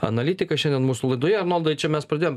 analitikas šiandien mūsų laidoje arnoldai čia mes pradėjom